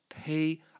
pay